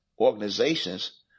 organizations